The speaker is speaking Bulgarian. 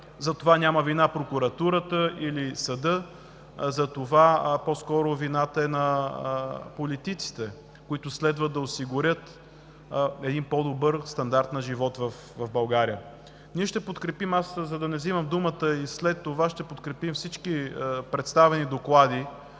За това нямат вина прокуратурата или съдът, а по-скоро вината е на политиците, които следва да осигурят един по-добър стандарт на живот в България. За да не взимам думата след това, ние ще подкрепим всички представени днес доклади